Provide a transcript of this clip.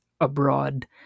abroad